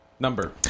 Number